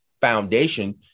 foundation